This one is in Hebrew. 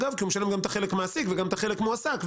כי הוא משלם גם את החלק של המעסיק וגם את החלק של המועסק.